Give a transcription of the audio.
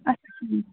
اَچھا ٹھیٖک